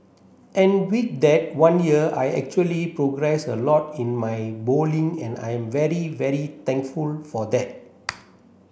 and with that one year I actually progressed a lot in my bowling and I'm very very thankful for that